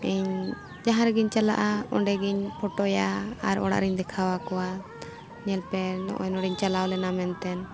ᱤᱧ ᱡᱟᱦᱟᱸ ᱨᱮᱜᱮᱧ ᱪᱟᱞᱟᱜᱼᱟ ᱚᱸᱰᱮᱜᱤᱧ ᱯᱷᱳᱴᱚᱭᱟ ᱟᱨ ᱚᱲᱟᱜ ᱨᱤᱧ ᱫᱮᱠᱷᱟᱣ ᱟᱠᱚᱣᱟ ᱧᱮᱞᱯᱮ ᱱᱚᱜᱼᱚᱭ ᱱᱚᱸᱰᱮᱧ ᱪᱟᱞᱟᱣ ᱞᱮᱱᱟ ᱢᱮᱱᱛᱮ